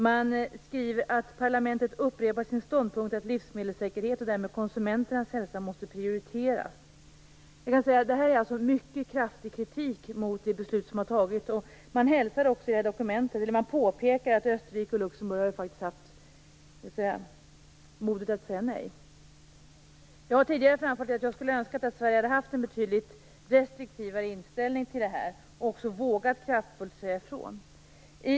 Man skriver att parlamentet upprepar sin ståndpunkt att livsmedelssäkerhet och därmed konsumenternas hälsa måste prioriteras. Det här är alltså en mycket kraftig kritik mot det beslut som har fattats. Man påpekar också i dokumentet att Österrike och Luxemburg faktiskt har haft modet att säga nej. Jag har tidigare framfört att jag skulle ha önskat att Sverige hade haft en betydligt restriktivare inställning i den här frågan och också vågat säga ifrån kraftfullt.